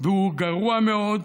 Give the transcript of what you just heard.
והוא גרוע מאוד